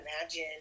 imagine